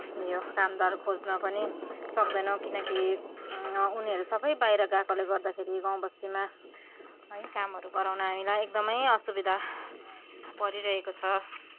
उयो कामदार खोज्न पनि सक्दैनौँ किनकि उनीहरू सबै बाहिर गएकोले गर्दाखेरि गाउँ बस्तीमा है कामहरू गराउनु हामीलाई एकदमै असुविधा परिरहेको छ